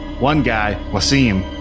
one guy, wasim,